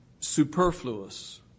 superfluous